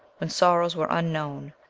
when sorrows were unknown,